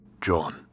John